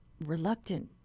reluctant